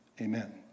Amen